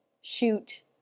shoot